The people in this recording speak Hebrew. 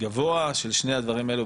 גבוה של שני הדברים האלו,